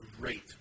great